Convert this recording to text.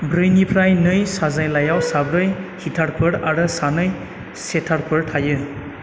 ब्रैनिफ्राय नै साजायलायाव साब्रै हिटारफोर आरो सानै सेटारफोर थायो